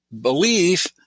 belief